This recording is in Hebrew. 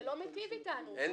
זה לא מטיב אתנו.